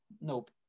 nope